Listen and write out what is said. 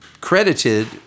credited